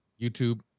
YouTube